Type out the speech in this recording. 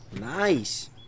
Nice